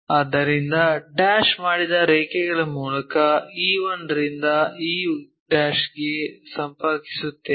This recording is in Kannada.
ಆದ್ದರಿಂದ ಡ್ಯಾಶ್ ಮಾಡಿದ ರೇಖೆಗಳ ಮೂಲಕ E 1 ರಿಂದ E ಗೆ ಸಂಪರ್ಕಿಸುತ್ತೇವೆ